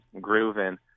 grooving